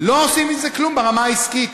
לא עושים עם זה כלום ברמה העסקית.